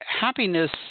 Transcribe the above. happiness